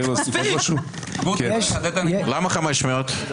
למה 500?